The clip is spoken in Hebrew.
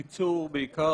עיסאווי פריג', בבקשה.